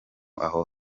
aho